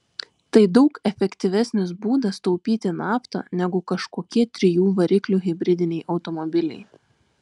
tai daug efektyvesnis būdas taupyti naftą negu kažkokie trijų variklių hibridiniai automobiliai